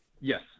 Yes